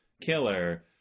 killer